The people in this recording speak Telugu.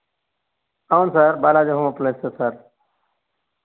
అవును sir Balaji home appliances sir